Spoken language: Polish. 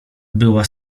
była